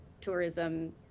tourism